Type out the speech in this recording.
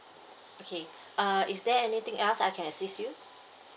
okay uh is there anything else I can assist you